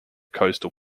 coastal